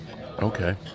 Okay